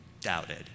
doubted